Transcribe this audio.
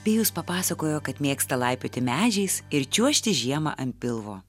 pijus papasakojo kad mėgsta laipioti medžiais ir čiuožti žiemą ant pilvo